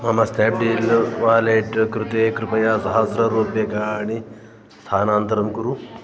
मम Snapdeal wallet कृते कृपया सहस्ररूप्यकाणि स्थानान्तरं कुरु